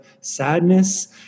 sadness